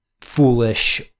foolish